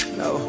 no